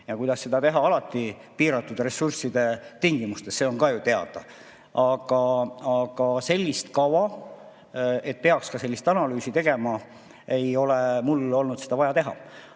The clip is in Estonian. ja seda tuleb teha alati piiratud ressursside tingimustes, see on ka ju teada. Aga sellist kava, et peaks ka sellist analüüsi tegema – mul ei ole olnud seda vaja teha.